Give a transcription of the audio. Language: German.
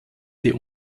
die